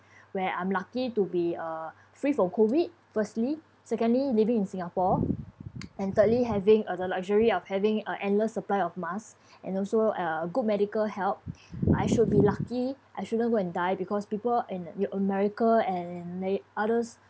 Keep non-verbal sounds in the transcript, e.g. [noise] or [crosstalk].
where I'm lucky to be uh free from COVID firstly secondly living in singapore [noise] and thirdly having uh the luxury of having uh endless supply of mask and also uh good medical help I should be lucky I shouldn't go and die because people in yo~ america and the others